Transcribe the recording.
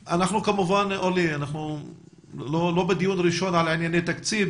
אורלי, אנחנו לא בדיון ראשון על עניינים תקציבים.